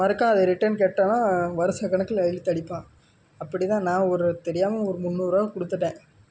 மறுக்கா அதை ரிட்டர்ன் கேட்டேனா வருஷ கணக்கில் இழுத்தடிப்பான் அப்படிதான் நான் ஒரு தெரியாமல் ஒரு முன்னூறுரூவா கொடுத்துட்டேன்